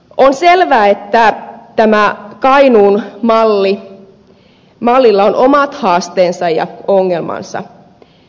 on selvä että tällä kainuun mallilla on omat haasteensa ja ongelmansa